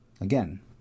Again